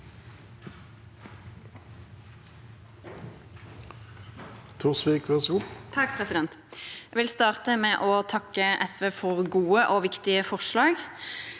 Jeg vil starte med å takke SV for gode og viktige forslag.